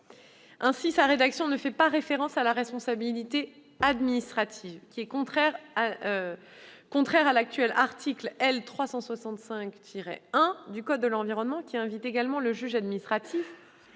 Ainsi, cette rédaction ne fait pas référence à la responsabilité administrative, au contraire de l'actuel article L. 365-1 du code de l'environnement, qui invite également le juge administratif,